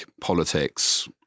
politics